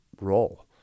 role